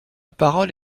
parole